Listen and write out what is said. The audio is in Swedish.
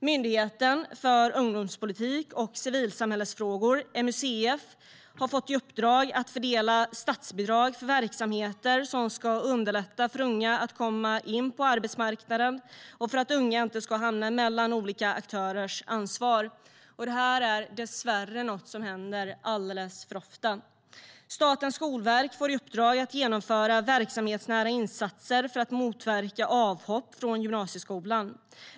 Myndigheten för ungdoms och civilsamhällesfrågor, MUCF, har fått i uppdrag att fördela statsbidrag för verksamheter som ska underlätta för unga att komma in på arbetsmarknaden och se till att unga inte ska hamna mellan olika aktörers ansvar. Det är dessvärre något som händer alldeles för ofta. Statens skolverk får i uppdrag att genomföra verksamhetsnära insatser för att motverka avhopp från gymnasieskolan.